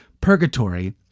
purgatory